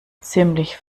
ziemlich